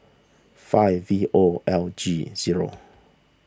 five V O L G zero